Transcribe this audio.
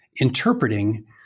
interpreting